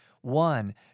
One